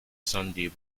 sunday